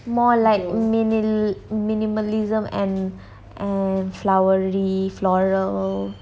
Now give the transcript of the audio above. more like mini~ minimalism and and flowery floral